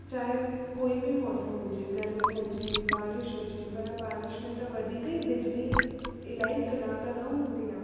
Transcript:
चाहे कोई बि मौसम हुजे गर्मी हुजे बारिश हुजे पर बारिश में त वधीक ई बिजली इलाही कलाक लाइ न हूंदी आहे